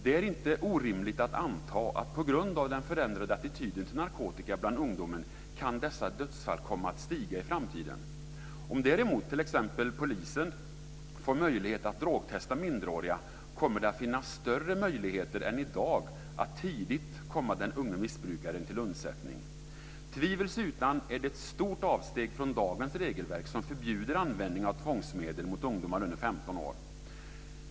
Det är inte orimligt att anta att dessa dödsfall kan komma att stiga i framtiden på grund av den förändrade attityden till narkotika bland ungdomen. Om däremot t.ex. polisen får möjlighet att drogtesta minderåriga kommer det att finnas större möjligheter än i dag att tidigt komma den unge missbrukaren till undsättning. Tvivelsutan är det ett stort avsteg från dagens regelverk, som förbjuder användning av tvångsmedel mot ungdomar under 15 år.